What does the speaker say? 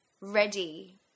ready